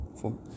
four